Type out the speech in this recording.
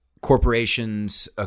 corporations